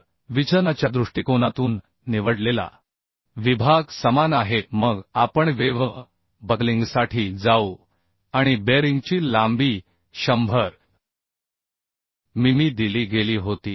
तर विचलनाच्या दृष्टिकोनातून निवडलेला विभाग समान आहे मग आपण वेव्ह बकलिंगसाठी जाऊ आणि बेअरिंगची लांबी 100 मिमी दिली गेली होती